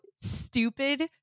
stupid